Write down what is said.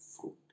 fruit